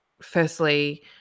firstly